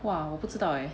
哇我不知道 eh